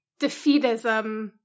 defeatism